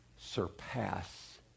surpass